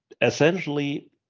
Essentially